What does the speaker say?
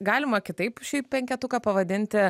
galima kitaip šį penketuką pavadinti